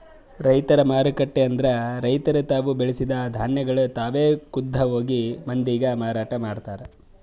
ರೈತರ ಮಾರುಕಟ್ಟೆ ಅಂದುರ್ ರೈತುರ್ ತಾವು ಬೆಳಸಿದ್ ಧಾನ್ಯಗೊಳ್ ತಾವೆ ಖುದ್ದ್ ಹೋಗಿ ಮಂದಿಗ್ ಮಾರಾಟ ಮಾಡ್ತಾರ್